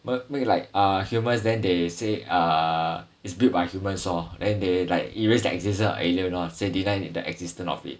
but make like uh humans then they say err is built by humans lor then they like erase their existence of aliens lor say denied the existence of it